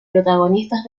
protagonistas